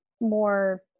more